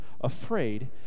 afraid